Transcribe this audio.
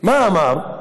מה אמר?